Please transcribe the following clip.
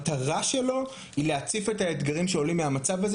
מטרת הדיון היא להציף את האתגרים שעולים מהמצב הזה